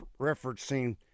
referencing